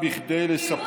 וגם כדי לספר,